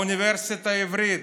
האוניברסיטה העברית,